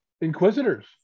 inquisitors